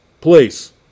Please